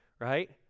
Right